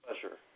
pleasure